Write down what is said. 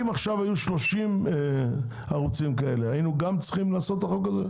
אם עכשיו היו 30 ערוצים כאלה היינו גם צריכים לעשות את החוק הזה?